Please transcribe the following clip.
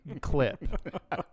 clip